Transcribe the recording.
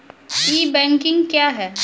ई banking क्या हैं?